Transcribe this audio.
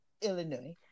Illinois